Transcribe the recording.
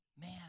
man